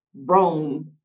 Rome